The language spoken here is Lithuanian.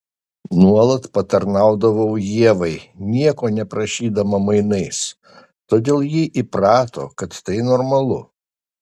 nuolat patarnaudavau ievai nieko neprašydama mainais todėl ji įprato kad tai normalu